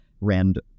Rand